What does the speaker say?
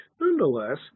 Nonetheless